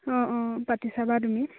অঁ অঁ পাতি চাবা তুমি